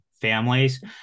families